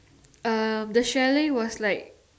uh the chalet was like